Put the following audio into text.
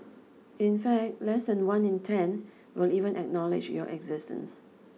in fact less than one in ten will even acknowledge your existence